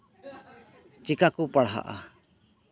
ᱪᱤᱠᱟ ᱠᱚ ᱯᱟᱲᱦᱟᱜᱼᱟ